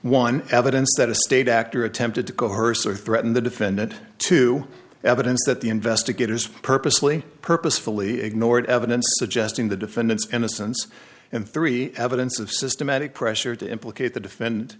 one evidence that a state actor attempted to go hearse or threaten the defendant to evidence that the investigators purposely purposefully ignored evidence suggesting the defendant's innocence and three evidence of systematic pressure to implicate the defendant